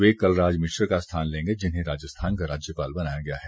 वे कलराज मिश्र का स्थान लेंगे जिन्हें राजस्थान का राज्यपाल बनाया गया है